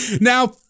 now